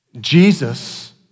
Jesus